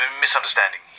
Misunderstanding